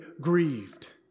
grieved